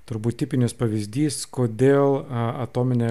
turbūt tipinis pavyzdys kodėl atominė